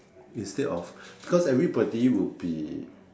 instead of cause everybody would be